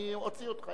אני אוציא אותך,